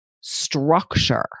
structure